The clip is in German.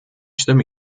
stimme